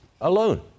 Alone